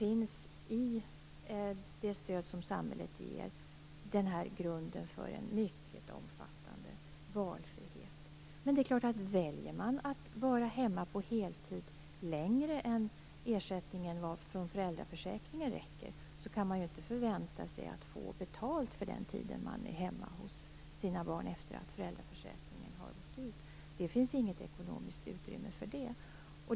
I samhällets stöd finns grunden för en mycket omfattande valfrihet. Men om man väljer att vara hemma på heltid med sina barn längre än den tid som ersättningen från föräldraförsäkringen räcker, kan man ju inte förvänta sig att få betalt för den tiden. Det finns inget ekonomiskt utrymme för det.